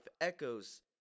echoes